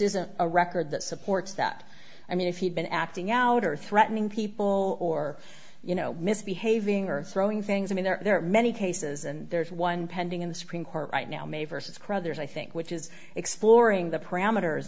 isn't a record that supports that i mean if you've been acting out or threatening people or you know misbehaving or throwing things i mean there are many cases and there's one pending in the supreme court right now may versus crothers i think which is exploring the parameters